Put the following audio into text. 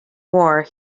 war